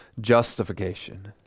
justification